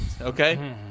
okay